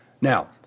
Now